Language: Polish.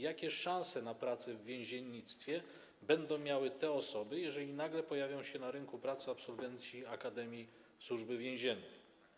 Jakie szanse na pracę w więziennictwie będą miały te osoby, jeżeli nagle pojawią się na rynku pracy absolwenci akademii Służby Więziennej?